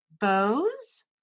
Bows